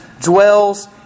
dwells